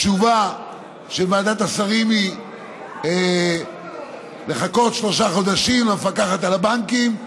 התשובה של ועדת השרים היא לחכות שלושה חודשים למפקחת על הבנקים.